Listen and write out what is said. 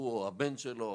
הוא או הבן שלו,